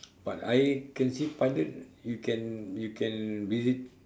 but I can see pilots you can you can visit